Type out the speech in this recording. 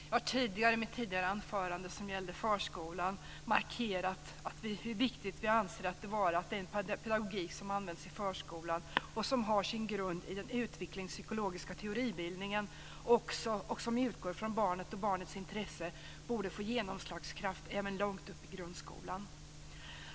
Jag har tidigare i mitt anförande som gällde förskolan markerat hur viktigt vi anser det vara att den pedagogik som används i förskolan, som har sin grund i den utvecklingspsykologiska teoribildningen och som utgår från barnet ooh barnets intresse borde få genomslagskraft även långt upp i grundskolan.